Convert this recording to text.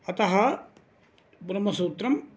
अतः ब्रह्मसूत्रं